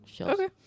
okay